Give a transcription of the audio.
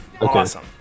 awesome